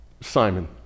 Simon